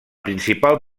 principal